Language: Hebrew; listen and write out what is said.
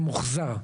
ממוחזר.